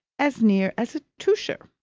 as near as a toucher.